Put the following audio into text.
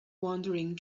wandering